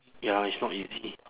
ya it's not easy